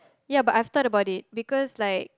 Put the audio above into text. ya but I've thought about it because like